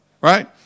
right